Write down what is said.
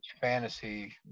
fantasy